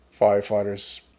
firefighters